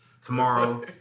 Tomorrow